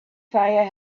fire